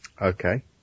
Okay